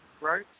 right